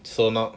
so now